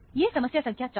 यह समस्या संख्या 4 है